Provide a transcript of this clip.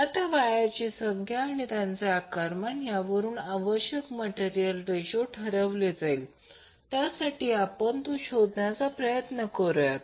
आता वायरची संख्या आणि त्यांचे आकारमान यावरून आवश्यक मटेरियल रेशो ठरवले जाईल त्यासाठी तो आपण शोधण्याचा प्रयत्न करत आहोत